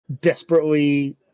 desperately